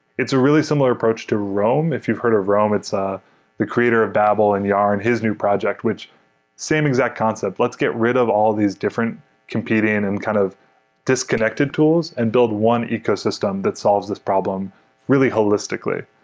it's a really similar approach to rome. if you've heard of rome, it's ah the creator of babel and yarn. his new project which same exact concept, let's get rid of all these different compete in and kind of disconnected tools and build one ecosystem that solves this problem really holistically.